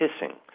hissing